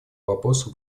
вопросу